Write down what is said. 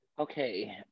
Okay